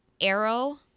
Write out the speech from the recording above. Arrow